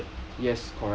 is it